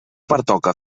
pertoca